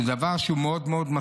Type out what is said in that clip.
שזה דבר שמשפיע מאוד מאוד,